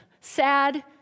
sad